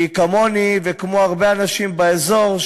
כי כמוני וכמו הרבה אנשים באזור,